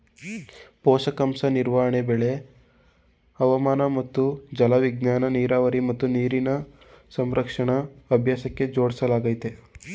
ಪೋಷಕಾಂಶ ನಿರ್ವಹಣೆ ಬೆಳೆ ಹವಾಮಾನ ಮತ್ತು ಜಲವಿಜ್ಞಾನನ ನೀರಾವರಿ ಮತ್ತು ನೀರಿನ ಸಂರಕ್ಷಣಾ ಅಭ್ಯಾಸಕ್ಕೆ ಜೋಡ್ಸೊದಾಗಯ್ತೆ